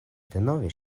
denove